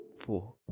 Four